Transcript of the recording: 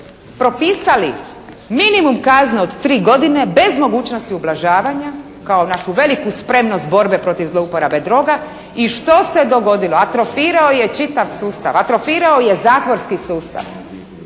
propisali minimum kaznu od tri godine bez mogućnosti ublažavanja kao našu veliku spremnost borbe protiv zlouporabe droga. I što se dogodilo? Atrofirao je čitav sustav. Atrofirao je zatvorski sustav.